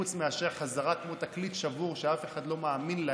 חוץ מאשר לחזור כמו תקליט שבור שאף אחד לא מאמין לו